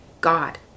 god